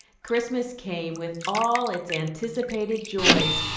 christmas came, with all its anticipated joys,